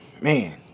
man